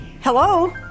Hello